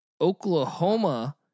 Oklahoma